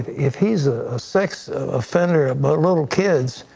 if he's a sex offender of but little kids,